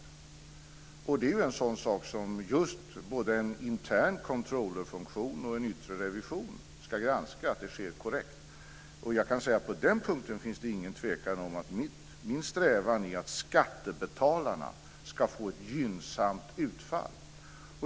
Det är ju just i fråga om en sådan sak som en intern controller-funktion och en yttre revision ska granska att det sker korrekt. Jag kan säga att på den punkten finns det ingen tvekan: Min strävan är att skattebetalarna ska få ett gynnsamt utfall.